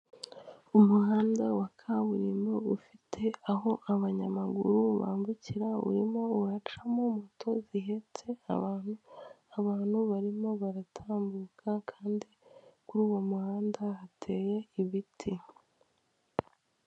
Umuhanda wa kaburimbo ufite aho abanyamaguru bambukira, urimo uracamo moto zihetse abantu abantu barimo baratambuka kandi kuri uwo muhanda hateye ibiti.